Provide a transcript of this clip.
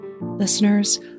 Listeners